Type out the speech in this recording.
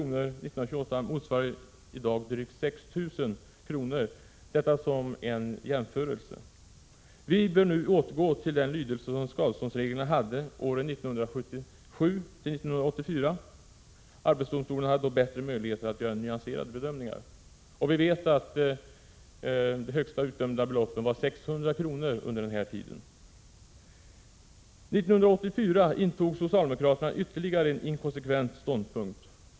1928 motsvarar i dag drygt 6 000 kr. Detta som en jämförelse. Vi bör nu återgå till den lydelse som skadeståndsreglerna hade åren 1977—1984. Arbetsdomstolen hade då bättre möjligheter att göra nyanserade bedömningar. Vi vet att det högsta utdömda skadeståndet under den här tiden var 600 kr. År 1984 intog socialdemokraterna ytterligare en inkonsekvent ståndpunkt.